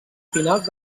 finals